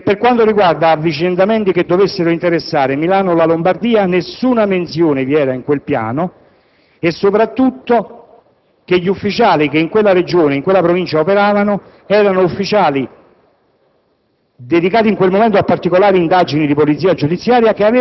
lo sappiamo sia io sia l'opinione pubblica - che, per quanto riguarda avvicendamenti che dovessero interessare Milano o la Lombardia, nessuna menzione vi era in quel piano e, soprattutto, che gli ufficiali che in quella Regione e in quella Provincia operavano, dedicati